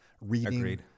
Reading